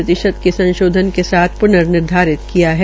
प्रतिशत के संशोधन के साथ प्र्न निर्धारित किया है